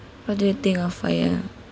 what do you think of fire